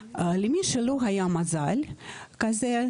למי שלא היה מזל כזה,